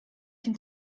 can